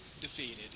defeated